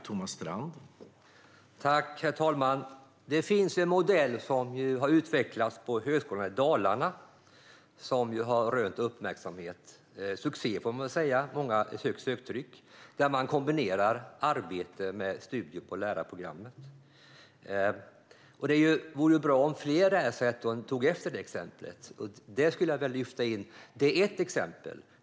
Herr talman! En modell som har utvecklats på Högskolan i Dalarna har rönt uppmärksamhet och blivit en succé, får man väl säga. Det är högt söktryck. I denna modell kombinerar man arbete med studier på lärarprogrammet. Det vore bra om fler lärosäten tog efter det exemplet. Det skulle jag lyfta in. Det är ett exempel.